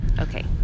Okay